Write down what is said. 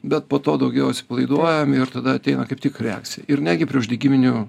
bet po to daugiau atsipalaiduojam ir tada ateina kaip tik reakcija ir netgi preuždegiminiu